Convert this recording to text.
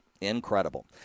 Incredible